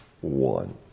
One